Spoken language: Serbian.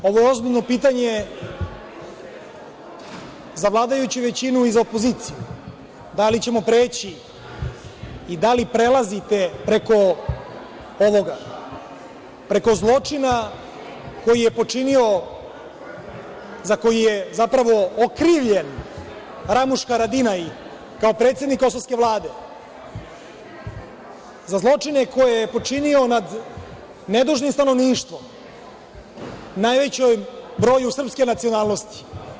Ovo je ozbiljno pitanje i za vladajuću većinu i za opoziciju – da li ćemo preći i da li prelazite preko ovoga, preko zločina koji je počinio, za koji je zapravo okrivljen Ramuš Haradinaj, kao predsednik kosovske vlade, za zločine koje je počinio nad nedužnim stanovništvom, najvećim brojem srpskoj nacionalnosti?